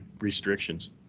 restrictions